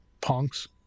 Punks